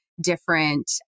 different